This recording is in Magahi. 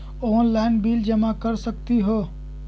ऑनलाइन बिल जमा कर सकती ह?